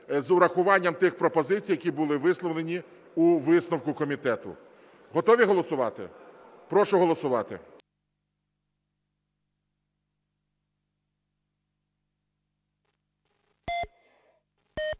з урахуванням тих пропозицій, які були висловлені у висновку комітету. Готові голосувати? Прошу голосувати.